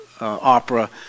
opera